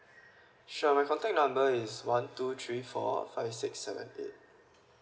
sure my contact number is one two three four five six seven eight